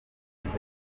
tuntu